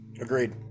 Agreed